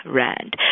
rand